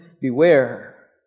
beware